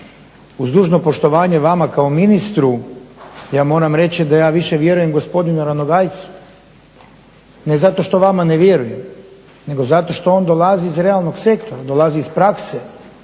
uz dužno poštovanje vama kao ministru ja moram reći da ja više vjerujem gospodinu Ranogajcu, ne zato što vama ne vjerujem nego zato što on dolazi iz realnog sektora, dolazi iz prakse,